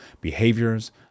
behaviors